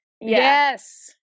Yes